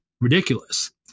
ridiculous